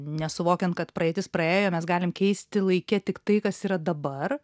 nesuvokiant kad praeitis praėjo mes galim keisti laike tik tai kas yra dabar